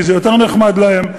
כי זה יותר נחמד להם,